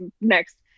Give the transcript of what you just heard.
next